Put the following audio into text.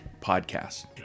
podcast